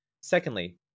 Secondly